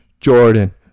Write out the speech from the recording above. Jordan